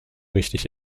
richtig